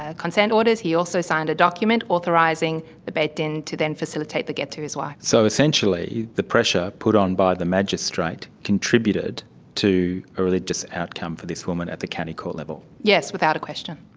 ah consent orders, he also signed a document authorising the beth din to then facilitate the gett to his wife. so essentially the pressure put on by the magistrate contributed to a religious outcome for this woman at the county court level. yes, without question.